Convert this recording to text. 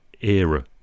era